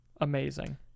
amazing